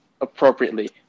appropriately